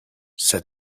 set